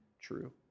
true